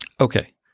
Okay